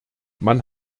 man